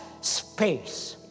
space